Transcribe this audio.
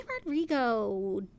Rodrigo